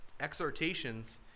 exhortations